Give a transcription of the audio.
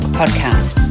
podcast